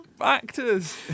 actors